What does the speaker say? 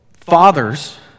fathers